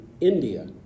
India